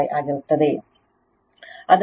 5 ಆಗಿರುತ್ತದೆ